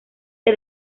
que